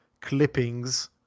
Clipping's